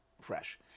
fresh